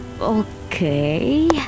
Okay